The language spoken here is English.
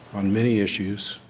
on many issues.